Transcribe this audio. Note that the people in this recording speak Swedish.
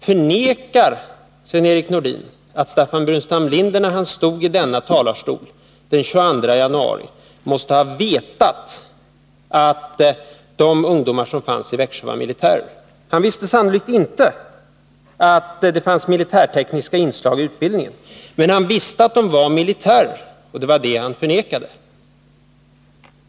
Förnekar Sven-Erik Nordin att Staffan Burenstam Linder när han stod i denna talarstol den 22 januari måste ha vetat att de libyska ungdomar som fanns i Växjö var militärer? Han visste sannolikt inte att det fanns militärtekniska inslag i utbildningen. Men han visste att de var militärer, och det var det han förnekade.